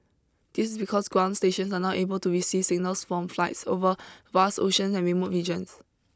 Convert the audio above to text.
this is because ground stations are now able to receive signals from flights over vast oceans and remote regions